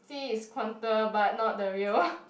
see is contour but not the real